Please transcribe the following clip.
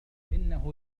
إنه